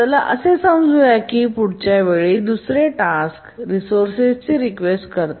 चला असे समजू की पुढच्या वेळी दुसरे टास्क रिसोर्सेसची रीक्वेस्ट करते